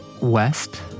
west